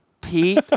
Pete